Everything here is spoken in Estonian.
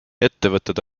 ettevõtted